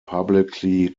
publicly